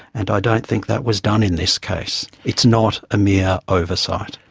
and i don't think that was done in this case. it's not a mere oversight.